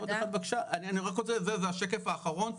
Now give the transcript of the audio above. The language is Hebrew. זה השקף האחרון,